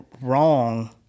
wrong